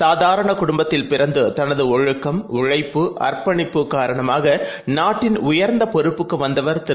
சாதாரணகுடும்பத் தில்பிறந்துதனதுஒழுக்கம் உழைப்பு அர்ப்பணிப்புகாரணமாகநாட்டின்உயர்ந்தபொறுப்புக்குவந்தவர்திரு